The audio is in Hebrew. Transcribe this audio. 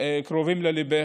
קרובים לליבך.